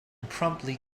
promptly